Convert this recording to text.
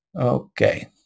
Okay